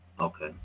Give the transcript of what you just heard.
Okay